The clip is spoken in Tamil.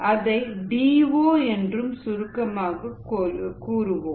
இதை டிஓ என்றும் சுருக்கமாக சொல்லுவோம்